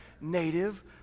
native